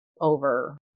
over